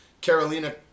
Carolina